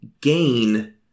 gain